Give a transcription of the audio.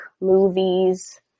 movies